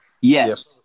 Yes